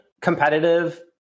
competitive